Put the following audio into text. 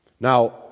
Now